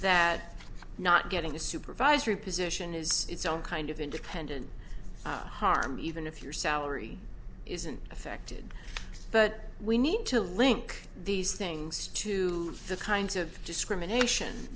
that not getting a supervisory position is its own kind of independent harm even if your salary isn't affected but we need to link these things to the kinds of discrimination